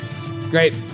Great